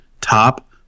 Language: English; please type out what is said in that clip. top